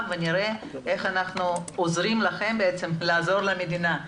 ונראה איך אנחנו עוזרים לכם לעזור למדינה,